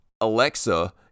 Alexa